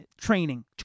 training